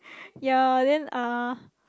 ya uh then uh